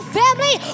family